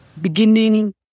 beginning